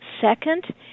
Second